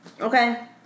Okay